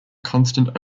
constant